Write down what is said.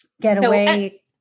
Getaway